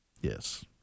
yes